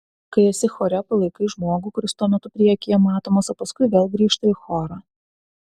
kai esi chore palaikai žmogų kuris tuo metu priekyje matomas o paskui vėl grįžta į chorą